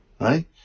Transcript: right